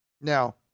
Now